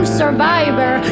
survivor